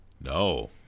No